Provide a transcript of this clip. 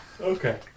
Okay